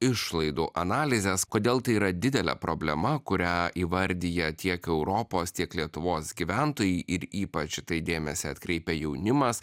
išlaidų analizės kodėl tai yra didelė problema kurią įvardija tiek europos tiek lietuvos gyventojai ir ypač į tai dėmesį atkreipia jaunimas